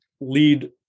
lead